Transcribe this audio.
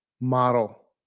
model